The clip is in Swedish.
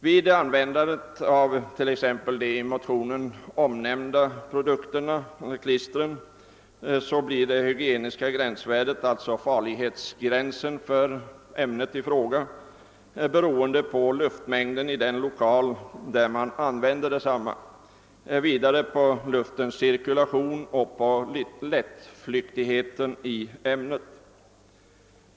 Vid användande av t.ex. de i motionen omnämnda klistren blir det hygieniska gränsvärdet, alltså farlighetsgränsen, för ämnet i fråga beroende på luftmängden i den lokal där man använder detsamma, vidare på luftens cirkulation och ämnets lättflyktighet.